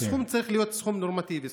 הסכום צריך להיות סכום נורמטיבי,